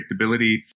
predictability